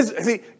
see